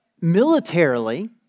militarily